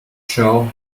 jaw